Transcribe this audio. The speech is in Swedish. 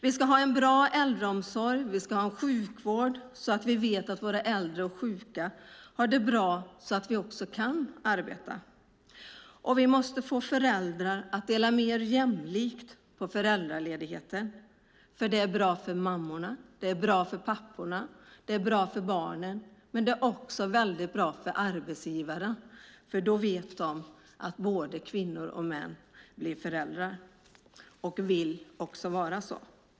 Vi ska ha en bra äldreomsorg och sjukvård så att vi vet att våra äldre och sjuka har det bra så att vi också kan arbeta. Vi måste få föräldrar att dela mer jämställt på föräldraledigheten, för det är bra för mammorna, det är bra för papporna, det är bra för barnen, men det är också bra för arbetsgivarna eftersom de då vet att både kvinnor och män blir föräldrar och vill vara det.